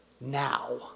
Now